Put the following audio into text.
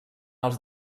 els